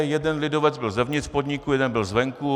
Jeden lidovec byl zevnitř podniku, jeden byl zvenku.